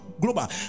global